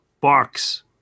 box